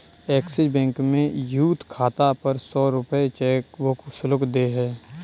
axis Bank youth यूथ खाता पर सौ रूपये चेकबुक शुल्क देय है